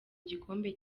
igikombe